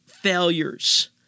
failures